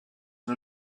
and